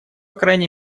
крайней